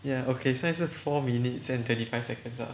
ya okay 现在是 four minutes and twenty five seconds lah